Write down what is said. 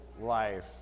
life